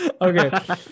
Okay